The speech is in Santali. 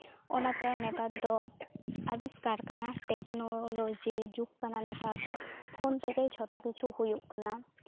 ᱚᱱᱟᱛᱮ ᱱᱮᱛᱟᱨ ᱫᱚ ᱟᱵᱤᱥᱠᱟᱨ ᱠᱟᱱᱟ ᱴᱮᱠᱱᱳᱞᱚᱡᱤ ᱡᱩᱜᱽ ᱠᱟᱱᱟ ᱱᱮᱛᱟᱨ ᱫᱚ ᱯᱷᱳᱱ ᱛᱮᱜᱮ ᱡᱷᱚᱛᱚ ᱠᱤᱪᱷᱩ ᱦᱩᱭᱩᱜ ᱠᱟᱱᱟ